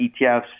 ETFs